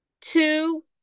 two